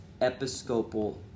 Episcopal